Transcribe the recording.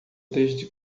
desde